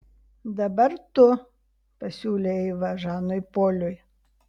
dabar tu pasiūlė eiva žanui poliui